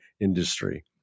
industry